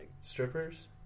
Strippers